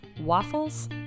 waffles